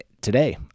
today